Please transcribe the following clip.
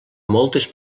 moltes